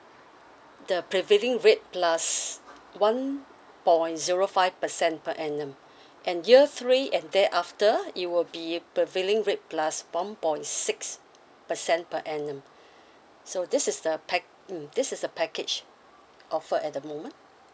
the prevailing rate plus one point zero five percent per annum and year three and thereafter it will be prevailing rate plus one point six percent per annum so this is the pack~ mm this is the package offer at the moment